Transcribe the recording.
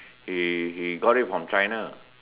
he he got it from China